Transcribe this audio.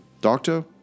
Doctor